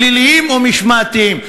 פליליים או משמעתיים.